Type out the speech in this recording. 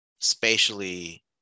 spatially